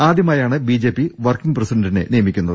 ആദ്യമായാണ് BJP working പ്രസിഡണ്ടിനെ നിയ മിക്കുന്നത്